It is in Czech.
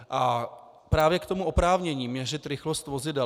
A právě k oprávnění měřit rychlost vozidel.